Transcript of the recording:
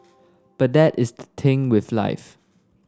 but that is thing with life